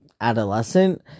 adolescent